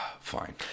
Fine